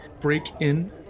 break-in